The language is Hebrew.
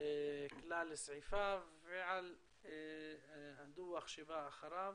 כלל סעיפיו והדוח שבא אחריו.